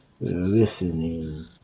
listening